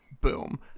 boom